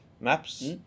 maps